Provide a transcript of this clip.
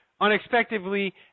unexpectedly